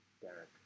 Derek